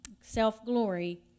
self-glory